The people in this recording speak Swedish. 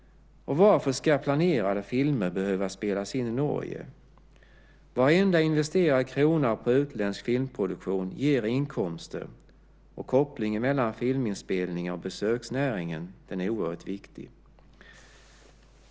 Varför ska planerade filmer behöva spelas in i Norge? Varenda investerad krona på utländsk filmproduktion ger inkomster, och kopplingen mellan filminspelningar och besöksnäring är oerhört viktig.